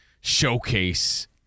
showcase